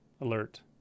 alert